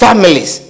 families